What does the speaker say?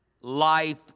life